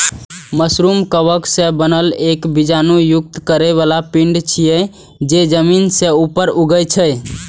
mushroom कवक सं बनल एक बीजाणु युक्त फरै बला पिंड छियै, जे जमीन सं ऊपर उगै छै